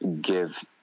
give